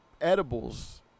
Edibles